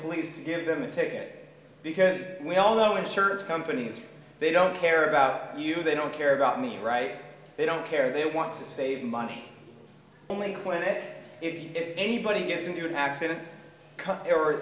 police to give them a ticket because we all know insurance companies they don't care about you they don't care about me right they don't care they want to save money only when it if anybody gets into an accident